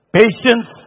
patience